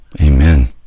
Amen